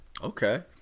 Okay